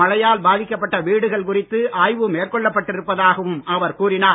மழையால் பாதிக்கப்பட்ட வீடுகள் குறித்து ஆய்வு மேற்கொள்ளப் பட்டிருப்பதாகவும் அவர் கூறினார்